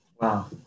Wow